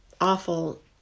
awful